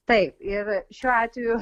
taip ir šiuo atveju